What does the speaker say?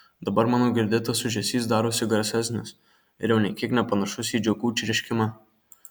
dabar mano girdėtas ūžesys darosi garsesnis ir jau nė kiek nepanašus į žiogų čirškimą